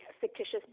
fictitious